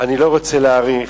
אני לא רוצה להאריך.